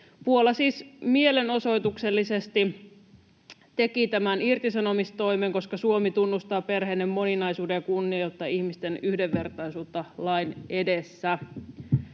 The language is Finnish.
Puola siis mielenosoituksellisesti teki tämän irtisanomistoimen, koska Suomi tunnustaa perheiden moninaisuuden ja kunnioittaa ihmisten yhdenvertaisuutta lain edessä.